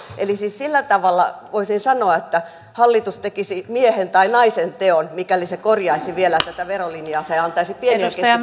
siis sillä tavalla voisin sanoa että hallitus tekisi miehen tai naisen teon mikäli se korjaisi vielä tätä verolinjaansa ja antaisi pieni ja